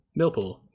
Millpool